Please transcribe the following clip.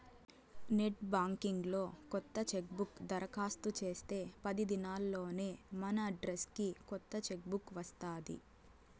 net banking లో కొత్త chequebook దరకాస్తు చేస్తే పది దినాల్లోనే మనడ్రస్కి కొత్త చెక్ బుక్ వస్తాది